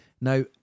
Now